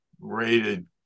rated